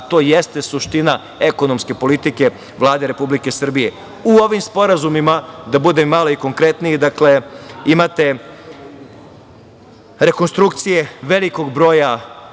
a to jeste suština ekonomske politike Vlade Republike Srbije.U ovim sporazumima, da budem malo i konkretniji, dakle, imate rekonstrukcije velikog broja